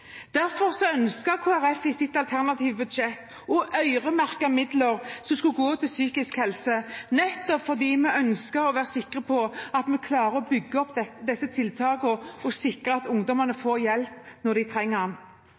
Derfor ønsker Kristelig Folkeparti i sitt alternative budsjett å øremerke midler som skal gå til psykisk helse, nettopp fordi vi ønsker å være sikre på at vi klarer å bygge opp disse tiltakene og sikre at ungdommene får hjelp når de trenger